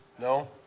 No